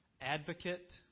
advocate